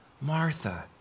Martha